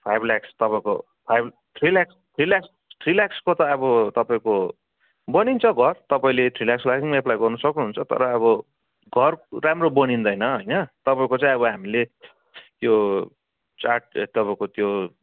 five lakhs तपाईँको five three lakhs three lakhs three ल्याक्सको त अब तपाईँको बनिन्छ घर तपाईँले थ्री ल्याक्सको लागि पनि एप्लाई गर्नु सक्नुहुन्छ तर अब घर राम्रो बनिँदैन होइन तपाईँको चाहिँ अब हामीले यो चार्ट तपाईँको त्यो